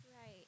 Right